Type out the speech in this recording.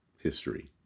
history